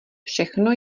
všechno